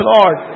Lord